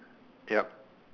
yup